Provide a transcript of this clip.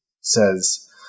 says